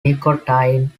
nicotine